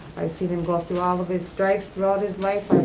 i've seen him go through all of his strifes throughout his life,